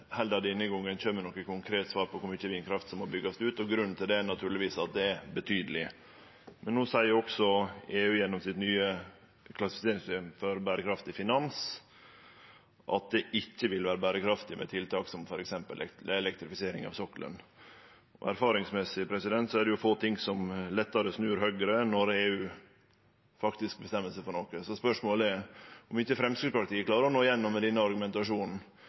naturlegvis at det er betydeleg. No seier også EU gjennom sitt nye klassifiseringssystem for berekraftig finans at det ikkje vil vere berekraftig med tiltak som f.eks. elektrifisering av sokkelen. Basert på erfaring er det få ting som lettare snur Høgre enn når EU faktisk bestemmer seg for noko. Spørsmålet er kor mykje Framstegspartiet klarer å nå gjennom med denne argumentasjonen.